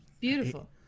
Beautiful